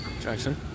Jackson